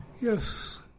Yes